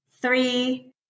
three